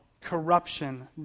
corruption